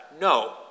no